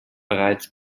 bereits